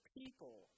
people